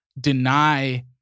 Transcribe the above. deny